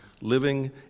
living